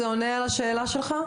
זה עונה על השאלה שלך?